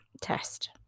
test